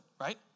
right